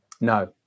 no